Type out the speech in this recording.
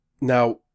Now